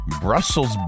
Brussels